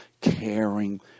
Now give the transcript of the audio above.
caring